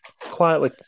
Quietly